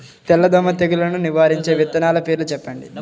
తెల్లదోమ తెగులును నివారించే విత్తనాల పేర్లు చెప్పండి?